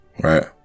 right